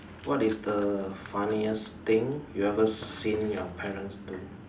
what is the funniest thing you ever seen your parents do